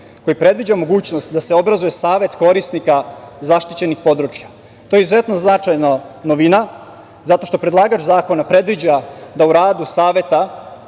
koji predviđa mogućnost da se obrazuje savet korisnika zaštićenih područja. To je izuzetno značajna novina, zato što predlagač zakona predviđa da u radu saveta